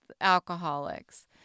alcoholics